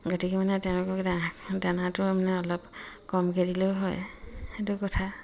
গতিকে মানে তেওঁলোকক দানাটো মানে অলপ কমকৈ দিলেও হয় সেইটো কথা